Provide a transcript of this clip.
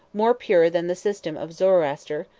more pure than the system of zoroaster,